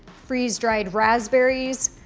freeze dried raspberries,